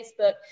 Facebook